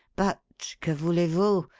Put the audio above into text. but que voulez vous?